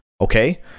Okay